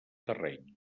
terreny